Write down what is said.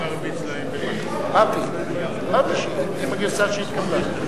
אמרתי: עם הגרסה שהתקבלה.